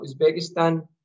Uzbekistan